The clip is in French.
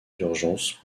d’urgence